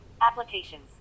Applications